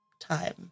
time